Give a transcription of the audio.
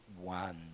one